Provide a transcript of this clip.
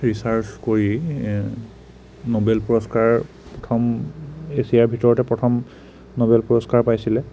research কৰি Nobel পুৰস্কাৰ প্ৰথম এছিয়াৰ ভিতৰতে প্ৰথম ন'বেল পুৰস্কাৰ পাইছিলে